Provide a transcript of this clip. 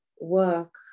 work